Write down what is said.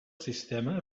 sistema